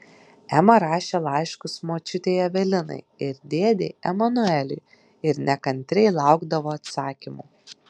ema rašė laiškus močiutei evelinai ir dėdei emanueliui ir nekantriai laukdavo atsakymų